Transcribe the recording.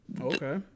Okay